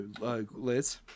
Liz